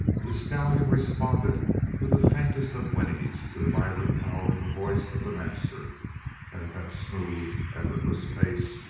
the stallion responded with the faintest of whinnies to the vibrant power in the voice of the master and at that smooth, effortless pace,